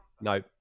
No